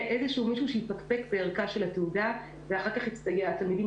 איזשהו מישהו שיפקפק בערכה של התעודה ואחר כך התלמידים